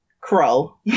Crow